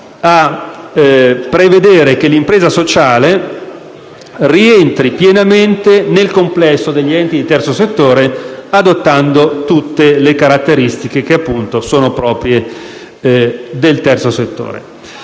a prevedere che l'impresa sociale rientri pienamente nel complesso degli enti di terzo settore, adottando tutte le caratteristiche proprie di questo